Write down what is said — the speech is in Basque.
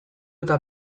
eta